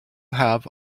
have